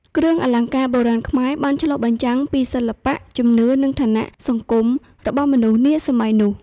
គ្រឿងអលង្ការបុរាណខ្មែរបានឆ្លុះបញ្ចាំងពីសិល្បៈ ជំនឿ និងឋានៈសង្គមរបស់មនុស្សនាសម័យនោះ។